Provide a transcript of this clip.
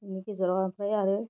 बिनि गेजेराव ओमफ्राय आरो